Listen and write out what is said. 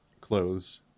clothes